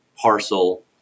parcel